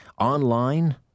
online